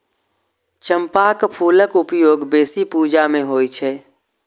चंपाक फूलक उपयोग बेसी पूजा मे होइ छै